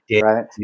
right